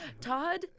Todd